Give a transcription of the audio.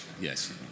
Yes